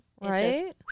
right